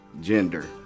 gender